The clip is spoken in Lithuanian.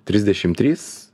trisdešim trys